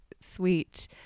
sweet